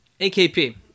AKP